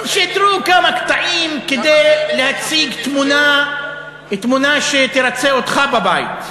שידרו כמה קטעים כדי להציג תמונה שתרצה אותך בבית.